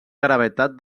gravetat